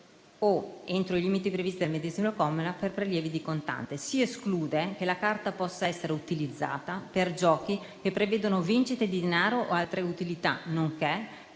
o, entro i limiti previsti dal medesimo comma, per prelievi di contante. Si esclude che la carta possa essere utilizzata per giochi che prevedono vincite di denaro o altre utilità. Inoltre,